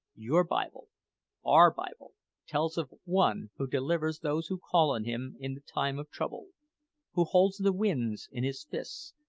your bible our bible tells of one who delivers those who call on him in the time of trouble who holds the winds in his fists,